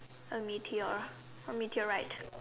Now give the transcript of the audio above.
a meteor a meteor right